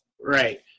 Right